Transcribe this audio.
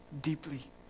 deeply